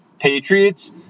Patriots